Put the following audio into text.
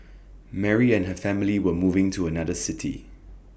Mary and her family were moving to another city